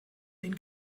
den